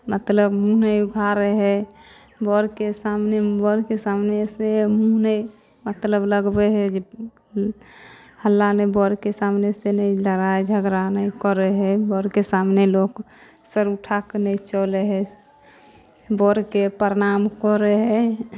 मतलब मुँह नहि उघारै हइ बड़के सामने बड़के सामने से मुँह नहि मतलब लगबै हइ जे हल्ला नहि बड़के सामने से लोक लड़ाइ झगड़ा नहि करै हइ बड़के सामने लोक सिर उठाकऽ नहि चले हइ बड़के प्रणाम करै हइ